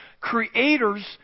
creators